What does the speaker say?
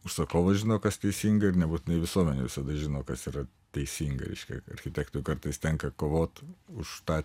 užsakovas žino kas teisinga ir nebūtinai visuomenė visada žino kas yra teisinga reiškia architektui kartais tenka kovot už tą